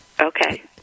Okay